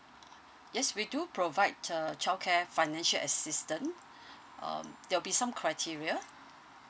yes we do provide uh childcare financial assistance um there'll be some criteria